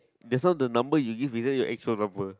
just now the number you give is that your number